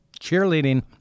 cheerleading